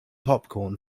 popcorn